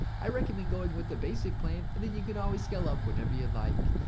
i recommend going with the basic plan, and then you can always scale up whenever you'd like.